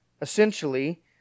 essentially